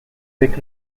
avec